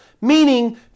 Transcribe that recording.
meaning